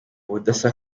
budasa